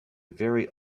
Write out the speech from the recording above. very